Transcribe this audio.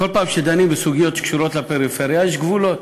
שדנים בסוגיות שקשורות לפריפריה, יש גבולות.